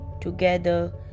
together